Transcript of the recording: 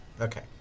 Okay